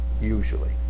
usually